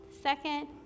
Second